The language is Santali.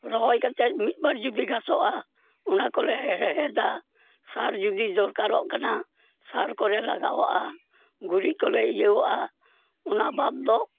ᱨᱚᱦᱚᱭ ᱠᱟᱛᱮ ᱢᱤᱫᱵᱟᱨ ᱡᱩᱫᱤ ᱜᱷᱟᱸᱥᱚᱜᱼᱟ ᱚᱱᱟ ᱠᱚᱞᱮ ᱦᱮᱲᱦᱮᱫᱟ ᱥᱟᱨ ᱡᱩᱫᱤ ᱫᱚᱨᱠᱟᱨᱚᱜ ᱠᱟᱱᱟ ᱥᱟᱨ ᱠᱚᱨᱮ ᱞᱟᱜᱟᱣᱟᱜᱼᱟ ᱜᱩᱨᱤᱡ ᱠᱚᱞᱮ ᱤᱭᱟᱹᱣᱟᱜᱼᱟ ᱚᱱᱟ ᱵᱟᱫᱽ ᱫᱚ